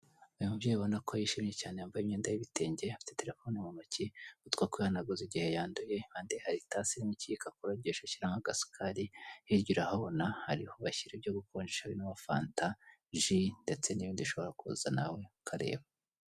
Uyu mubyeyi abona ko yishimye cyane yambaye imyenda y'ibitenge. Afite telefone mu ntoki, utwo kwinaguza igihe yanduye, kandi hari itasi irimo ikiyiko akorogesha ashyiramo agasukari. Hirya urahabona ari ho bashyira ibyo gukonjesha birimo fanta, jus ndetse n'ibindi bishobora kuza nawe ukareba.